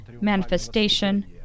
manifestation